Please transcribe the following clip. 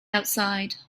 outside